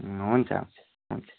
हुन्छ हुन्छ हुन्छ